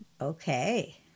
Okay